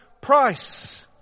price